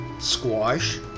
squash